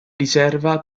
riserva